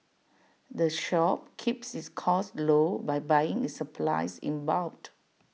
the shop keeps its costs low by buying its supplies in bulk